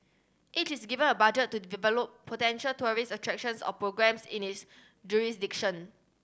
each is given a budget to develop potential tourist attractions or programmes in its jurisdiction